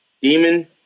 Demon